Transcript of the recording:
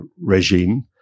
regime